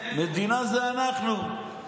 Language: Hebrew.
המדינה זה אנחנו.